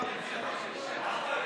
דמי ביטוח מופחתים לסטודנטים),